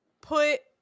put